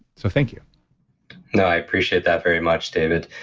so thank you no, i appreciate that very much, david.